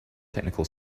technical